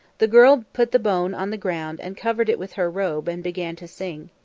the girl put the bone on the ground and covered it with her robe and began to sing.